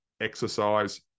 exercise